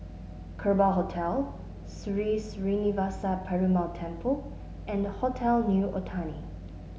Kerbau Hotel Sri Srinivasa Perumal Temple and Hotel New Otani